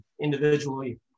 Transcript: individually